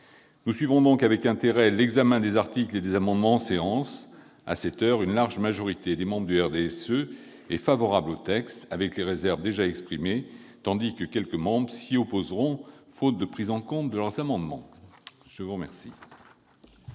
Nous suivrons avec intérêt l'examen des articles et des amendements en séance. À cette heure, une large majorité des membres du RDSE est favorable au texte, avec les réserves déjà exprimées, tandis que quelques-uns s'y opposeront, faute de prise en compte de leurs amendements. La parole